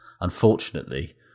Unfortunately